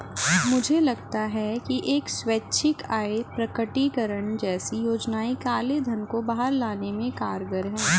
मुझे लगता है कि स्वैच्छिक आय प्रकटीकरण जैसी योजनाएं काले धन को बाहर लाने में कारगर हैं